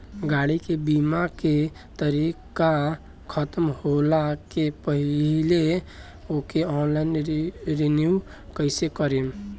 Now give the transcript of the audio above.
गाड़ी के बीमा के तारीक ख़तम होला के पहिले ओके ऑनलाइन रिन्यू कईसे करेम?